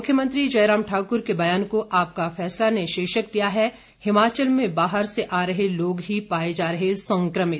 मुख्यमंत्री जयराम ठाक्र के बयान को आपका फैसला ने शीर्षक दिया है हिमाचल में बाहर से आ रहे लोग ही पाए जा रहे संक्रमित